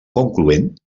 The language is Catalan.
concloent